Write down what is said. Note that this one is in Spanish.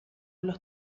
los